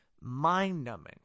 mind-numbing